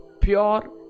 pure